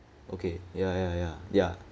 okay ya ya ya ya